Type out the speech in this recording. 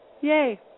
Yay